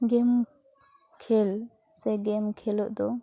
ᱜᱮᱢ ᱠᱷᱮᱞ ᱥᱮ ᱜᱮᱢ ᱠᱷᱮᱞᱚᱜ ᱫᱚ